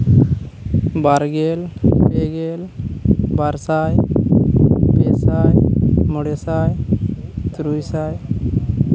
ᱵᱟᱨᱜᱮᱞ ᱯᱮᱜᱮᱞ ᱵᱟᱨᱥᱟᱭ ᱯᱮᱥᱟᱭ ᱢᱚᱬᱮ ᱥᱟᱭ ᱛᱩᱨᱩᱭ ᱥᱟᱭ